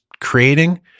creating